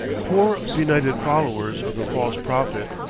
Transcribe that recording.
poor benighted followers of the false prophet,